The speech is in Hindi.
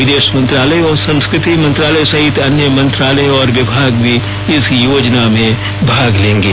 विदेश मंत्रालय और संस्कृति मंत्रालय सहित अन्य मंत्रालय और विभाग भी इस आयोजन में भाग लेंगे